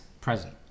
present